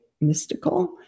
mystical